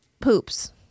poops